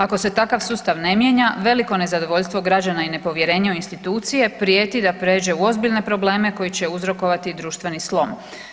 Ako se takav sustav ne mijenja, veliki nezadovoljstvo građana i nepovjerenje u institucije prijeti da prijeđe u ozbiljne probleme koji će uzrokovati društveni slom.